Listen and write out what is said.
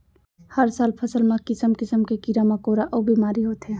हर साल फसल म किसम किसम के कीरा मकोरा अउ बेमारी होथे